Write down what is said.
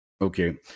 Okay